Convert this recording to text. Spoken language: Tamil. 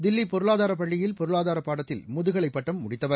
தில்லி பொருளாதார பள்ளியில் பொருளாதார பாடத்தில் முதுகவைப் பட்டம் முடித்தவர்